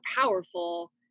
powerful